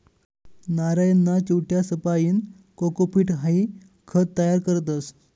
नारयना चिवट्यासपाईन कोकोपीट हाई खत तयार करतस